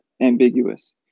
ambiguous